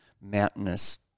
mountainous